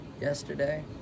yesterday